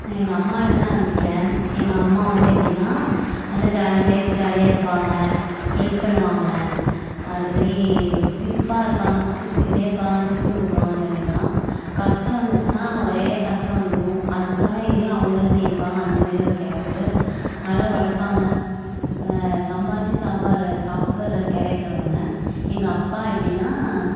எங்கள் அம்மாலேருந்து ஆரம்பிக்கிறேன் எங்கள் அம்மா வந்து எப்படின்னா நல்ல ஜாலி டைப் ஜாலியாக இருப்பாங்கள் ஹெல்ப் பண்ணுவாங்கள் அதுமாரி ஒரு சிரிப்பாக இருப்பாங்கள் சிரிச்சிகிட்டே இருப்பாங்கள் சிரிப்பும் மூட்டுவாங்கள் அந்தமாரிதான் கஷ்டம் வந்துச்சுனால் ஒரேடியாக கஷ்டம் வந்துவிடும் அதுக்கான இதையும் அவங்களே தேடிப்பாங்கள் அந்தமாரி ஒரு கேரக்ட்ரு நல்லா உழப்பாங்க சம்பாரித்து சாப்பாட சாப்படுற கேரக்ட்ரு அவங்க எங்கப்பா எப்படின்னா